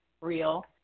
real